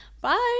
Bye